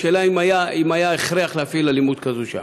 השאלה אם היה הכרח להפעיל אלימות כזו שם.